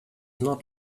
not